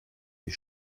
die